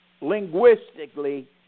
linguistically